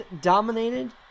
dominated